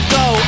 go